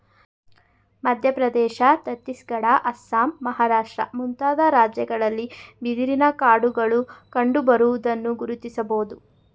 ಮಧ್ಯಪ್ರದೇಶ, ಛತ್ತೀಸ್ಗಡ, ಅಸ್ಸಾಂ, ಮಹಾರಾಷ್ಟ್ರ ಮುಂತಾದ ರಾಜ್ಯಗಳಲ್ಲಿ ಬಿದಿರಿನ ಕಾಡುಗಳು ಕಂಡುಬರುವುದನ್ನು ಗುರುತಿಸಬೋದು